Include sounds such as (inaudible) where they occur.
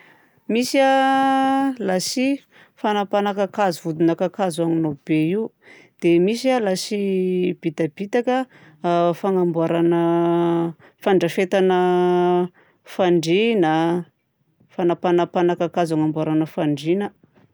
Misy a (hesitation) lasi fanapahana kakazo vodina kakazo ahogna be io. Dia misy lasi (hesitation) bitabitaka a (hesitation) fanamboarana (hesitation) fandrafetana (hesitation) fandriana a, fanapanapahana kakazo hanamboarana fandriana.